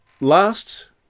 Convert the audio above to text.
last